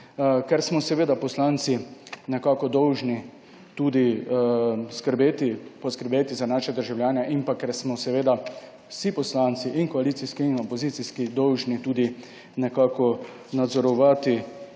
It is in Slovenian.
ker smo seveda poslanci nekako dolžni tudi skrbeti, poskrbeti za naše državljane in pa, ker smo seveda vsi poslanci in koalicijski in opozicijski, dolžni tudi nekako nadzorovati